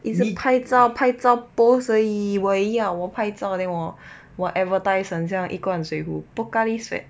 is it 拍照拍照 post 而已我也要我拍照 then 我 advertise 很像一罐水壶 Pocari 水